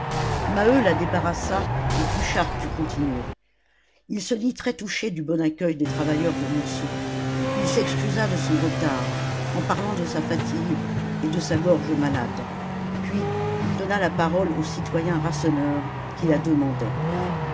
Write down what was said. maheu la débarrassa et pluchart put continuer il se dit très touché du bon accueil des travailleurs de montsou il s'excusa de son retard en parlant de sa fatigue et de sa gorge malade puis il donna la parole au citoyen rasseneur qui la demandait